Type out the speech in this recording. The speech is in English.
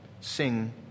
sing